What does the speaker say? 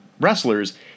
wrestlers